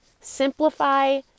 Simplify